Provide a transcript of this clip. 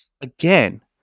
Again